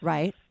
Right